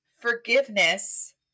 forgiveness